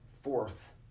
fourth